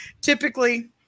Typically